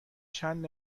چند